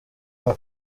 hafi